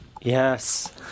Yes